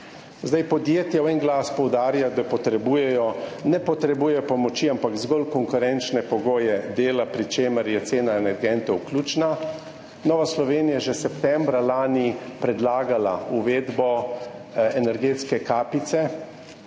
unije. Podjetja v en glas poudarjajo, da ne potrebujejo pomoči, ampak zgolj konkurenčne pogoje dela, pri čemer je cena energentov ključna. Nova Slovenija je že septembra lani predlagala uvedbo energetske kapice